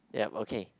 ya okay